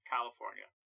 California